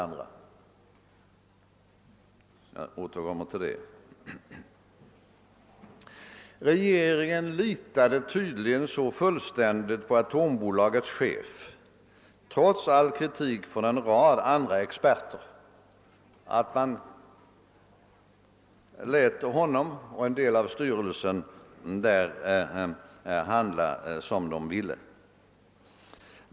Jag återkommer till detta. Regeringen litade tydligen så fullständigt på AB Atomenergis chef, trots all kritik från en rad andra experter, att den lät honom och en del av styrelsen handla som de ville.